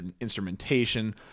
instrumentation